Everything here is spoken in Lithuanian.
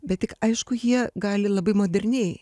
bet tik aišku jie gali labai moderniai